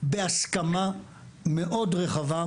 בהסכמה מאוד רחבה.